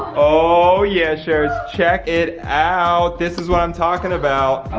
oh yeah sharers, check it out. this is what i'm talking about. i